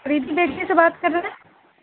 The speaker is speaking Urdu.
فج بگری سے بات کر رہے ہیں